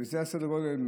וזה סדר הגודל.